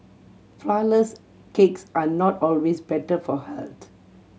flourless cakes are not always better for health